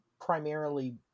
primarily